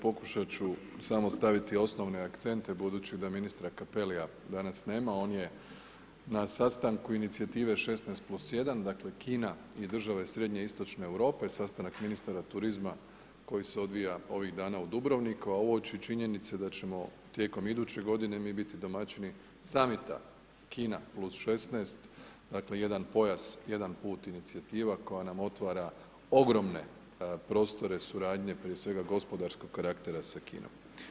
Pokušat ću samo staviti osnovne akcente budući da ministra Cappellija danas nema, on je na sastanku inicijative 16+1, dakle Kina i države srednje Istočne Europe, sastanak ministara turizma koji se odvija ovih dana u Dubrovniku, a uoči činjenice da ćemo tijekom iduće godine mi biti domaćini Summita Kina + 16, dakle jedan pojas, jedan put inicijativa koja nam otvara ogromne prostore suradnje, prije svega gospodarskog karaktera sa Kinom.